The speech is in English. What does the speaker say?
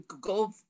go